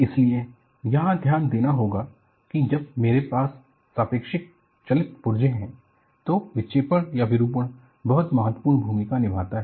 इसलिए यहां ध्यान देना होगा कि जब मेरे पास सापेक्षिक चालित पुर्जे हैं तो विक्षेपण या विरूपण बहुत महत्वपूर्ण भूमिका निभाता है